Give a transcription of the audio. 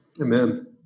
Amen